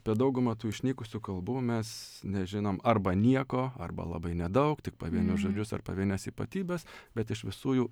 apie dauguma tų išnykusių kalbų mes nežinom arba nieko arba labai nedaug tik pavienius žodžius ar pavienes ypatybes bet iš visų jų